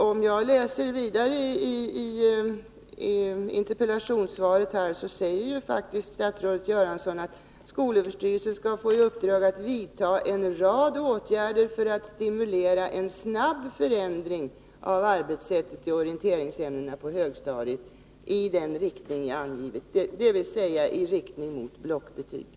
Om jag läser vidare i interpellationssvaret ser jag att statsrådet Göransson faktiskt säger att ”skolöverstyrelsen skall få i uppdrag att vidta en rad åtgärder för att stimulera en snabb förändring av arbetssättet i orienteringsämnen på högstadiet i den riktning jag angivit”, dvs. i riktning mot blockbetyg.